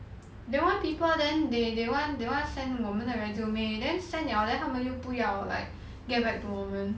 they want people then they they want they want send 我们的 resume then send 了 then 他们又不要 like get back to 我们